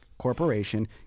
corporation